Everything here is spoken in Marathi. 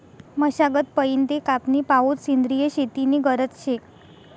मशागत पयीन ते कापनी पावोत सेंद्रिय शेती नी गरज शे